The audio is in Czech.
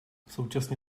současně